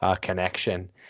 connection